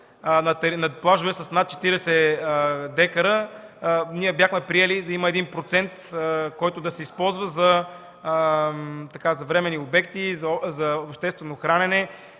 на плажове с над 40 декара – ние бяхме приели да има 1%, който да се използва за временни обекти за обществено хранене,